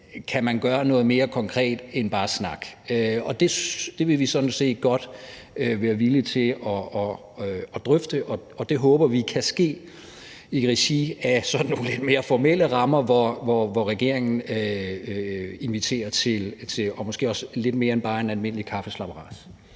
man kan gøre noget mere konkret end bare snak? Og det vil vi sådan set godt være villige til at drøfte, og det håber vi kan ske i regi af sådan nogle lidt mere formelle rammer, hvor regeringen inviterer til måske lidt mere end bare en almindelig kaffeslabberas.